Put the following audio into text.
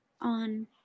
on